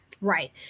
Right